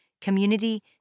community